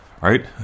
Right